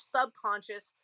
subconscious